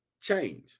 change